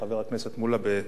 חבר הכנסת מולה,